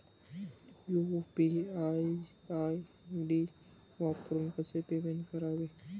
UPI ID वापरून कसे payment करावे?